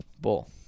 Bull